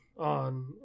on